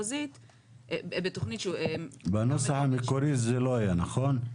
בתוכנית --- בנוסח המקורי זה לא היה, נכון?